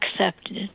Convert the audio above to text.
accepted